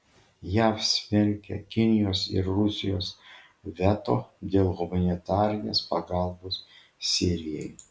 jav smerkia kinijos ir rusijos veto dėl humanitarinės pagalbos sirijai